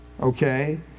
okay